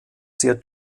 sehr